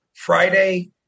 Friday